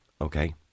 Okay